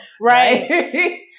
right